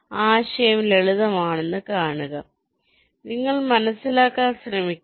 ആശയം ലളിതമാണെന്ന് കാണുക നിങ്ങൾ മനസ്സിലാക്കാൻ ശ്രമിക്കുക